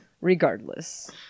regardless